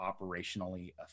operationally